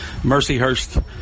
Mercyhurst